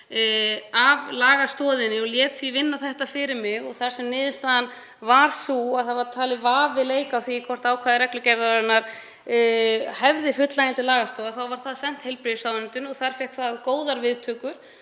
af lagastoðinni og lét því vinna þetta fyrir mig. Þar sem niðurstaðan varð sú að vafi væri talinn leika á því hvort ákvæði reglugerðarinnar hefði fullnægjandi lagastoð var það sent heilbrigðisráðuneytinu og fékk þar góðar viðtökur.